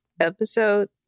episode